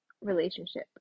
relationship